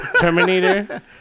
Terminator